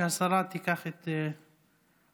שהשרה תיקח את מקומה.